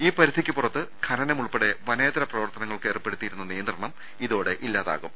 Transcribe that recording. ഈ പരിധിക്ക് പുറത്ത് ഖനനമുൾപ്പെടെ വനേ തര പ്രവർത്തനങ്ങൾക്ക് ഏർപ്പെടുത്തിയിരിക്കുന്ന നിയ ന്ത്രണം ഇതോടെ ഇല്ലാതാവും